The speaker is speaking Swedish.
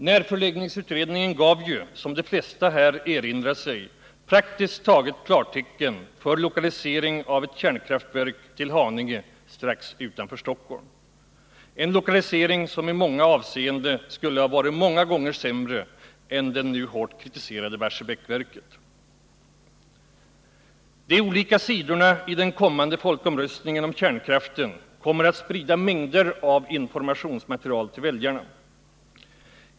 Närförläggningsutredningen gav ju, som de flesta här erinrar sig, praktiskt taget klartecken för lokalisering av ett kärnkraftverk till Haninge strax utanför Stockholm — en lokalisering som i många avseenden skulle ha varit många gånger sämre än lokaliseringen av det nu hårt kritiserade Barsebäcksverket. De olika sidorna i den kommande folkomröstningen om kärnkraften kommer att sprida mängder av informationsmaterial till väljarna.